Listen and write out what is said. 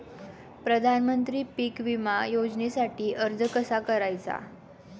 प्रधानमंत्री पीक विमा योजनेसाठी अर्ज कसा करायचा?